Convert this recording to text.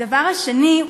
הדבר השני,